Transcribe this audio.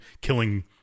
killing